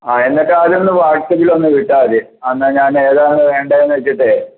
ആ എന്നിട്ട് അതൊന്ന് വാട്സ്ആപ്പിലൊന്ന് വിട്ടാൽ മതി എന്നാൽ ഞാൻ ഏതാന്നൊന്ന് വേണ്ടേന്ന് വച്ചിട്ടേ